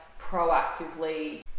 proactively